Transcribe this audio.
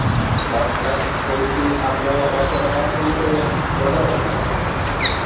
اور سر تھوڑی سی آپ نے اور کیا بتایا سر مجھے دوڈا برفی